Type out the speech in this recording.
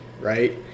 right